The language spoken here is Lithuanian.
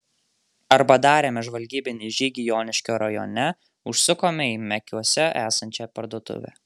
arba darėme žvalgybinį žygį joniškio rajone užsukome į mekiuose esančią parduotuvę